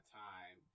time